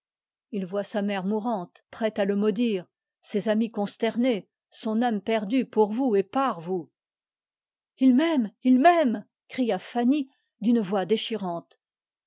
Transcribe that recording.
il voit sa mère mourante prête à le maudire ses amis consternés son âme perdue pour vous et par vous il m'aime il m'aime cria fanny d'une voix déchirante